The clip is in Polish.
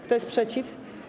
Kto jest przeciw?